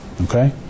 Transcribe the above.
okay